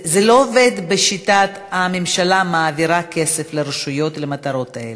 זה לא עובד בשיטת "הממשלה מעבירה כסף לרשויות למטרות האלה".